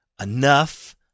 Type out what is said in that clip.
enough